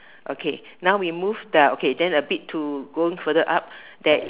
okay now we move then a bit to go further up there is